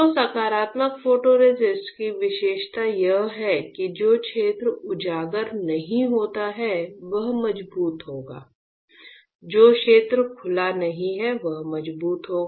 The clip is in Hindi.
तो सकारात्मक फोटोरेसिस्ट की विशेषता यह है कि जो क्षेत्र उजागर नहीं होता है वह मजबूत होगा जो क्षेत्र खुला नहीं है वह मजबूत होगा